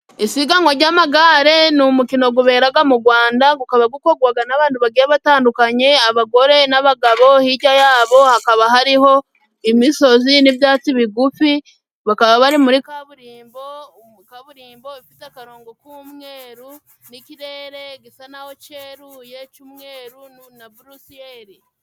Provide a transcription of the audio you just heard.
Isiganwa ry'amagare ni umukino guberaga mu Rwanda gukaba kukogwaga n'abandu bagiye batandukanye, abagore n'abagabo. Hirya yabo hakaba hariho imisozi n'ibyatsi bigufi, bakaba bari muri kaburimbo. Kaburimbo ifite akarongo k'umweru n'ikirere gisa n'aho cyeruye cy'umweru na buresiyeri.